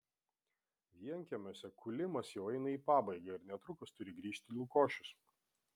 vienkiemiuose kūlimas jau eina į pabaigą ir netrukus turi grįžti lukošius